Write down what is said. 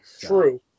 True